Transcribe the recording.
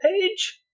page